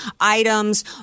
items